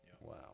Wow